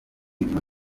muri